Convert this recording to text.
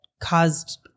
caused